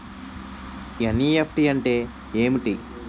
NEFT అంటే ఏమిటి?